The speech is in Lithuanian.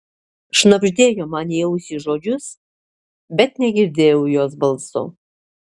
šnabždėjo man į ausį žodžius bet negirdėjau jos balso